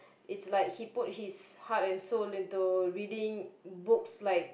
it's like he put his heart and soul into reading books like